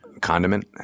Condiment